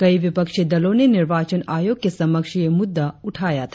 कई विपक्षी दलों ने निर्वाचन आयोग के समक्ष यह मुद्दा उठाया था